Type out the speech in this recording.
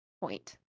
point